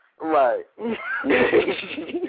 Right